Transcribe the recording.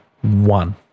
one